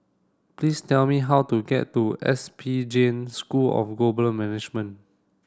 please tell me how to get to S P Jain School of Global Management